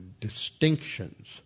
distinctions